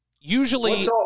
usually